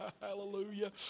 Hallelujah